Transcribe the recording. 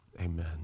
Amen